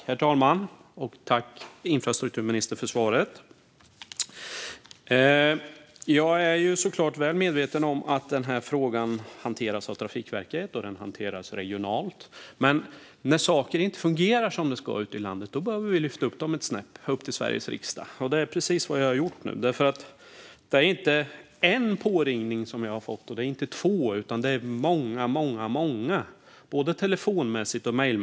Herr talman! Tack för svaret, infrastrukturministern! Jag är såklart väl medveten om att frågan hanteras av Trafikverket och att den hanteras regionalt, men när saker inte fungerar som de ska ute i landet behöver vi lyfta dem ett snäpp - upp till Sveriges riksdag - och det är precis vad jag har gjort nu. Det är nämligen inte en påringning jag har fått, och det är inte två; det är många , både via telefon och mejl.